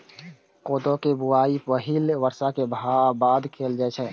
कोदो के बुआई पहिल बर्षा के बाद कैल जाइ छै